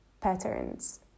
patterns